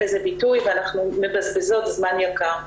לזה ביטוי ואנחנו מבזבזות זמן יקר.